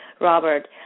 Robert